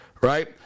right